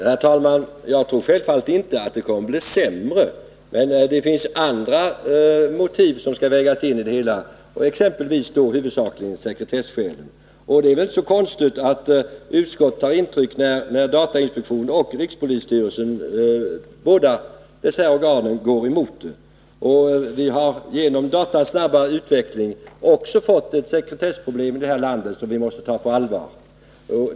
Herr talman! Jag tror självfallet inte att verksamheten skulle bli sämre, men det finns andra motiv som skall läggas in i det hela, huvudsakligen sekretesskälen. Det är väl inte så konstigt att utskottet tar intryck, när de båda statliga organen datainspektionen och rikspolisstyrelsen går emot förslaget. Genom datans snabba utveckling har vi i det här landet också fått sekretessproblem, som vi måste ta på allvar.